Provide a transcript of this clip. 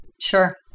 Sure